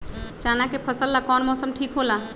चाना के फसल ला कौन मौसम ठीक होला?